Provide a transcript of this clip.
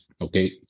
okay